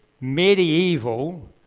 medieval